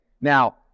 now